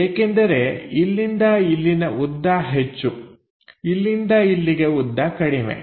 ಏಕೆಂದರೆ ಇಲ್ಲಿಂದ ಇಲ್ಲಿನ ಉದ್ದ ಹೆಚ್ಚು ಇಲ್ಲಿಂದ ಇಲ್ಲಿಗೆ ಉದ್ದ ಕಡಿಮೆ